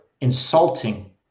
insulting